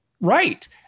right